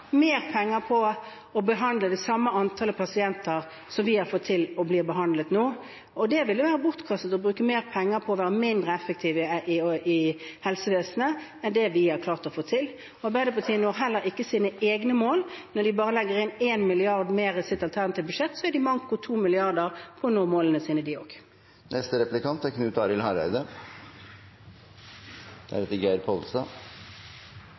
mer penger på å behandle samme antall pasienter som har blitt behandlet, og det er bortkastet å bruke mer penger på å være mindre effektiv i helsevesenet enn det vi har klart å få til. Arbeiderpartiet når heller ikke sine egne mål når de bare legger inn en milliard mer i sitt alternative budsjett. De har en manko på 2 mrd. kr for å nå målene sine, de